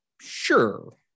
sure